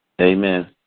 Amen